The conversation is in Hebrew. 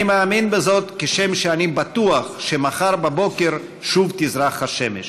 אני מאמין בזאת כשם שאני בטוח שמחר בבוקר שוב תזרח השמש.